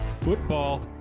football